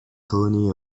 colony